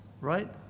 right